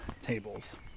tables